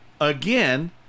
Again